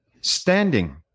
standing